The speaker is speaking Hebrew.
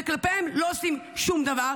וכלפיהם לא עושים שום דבר.